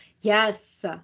Yes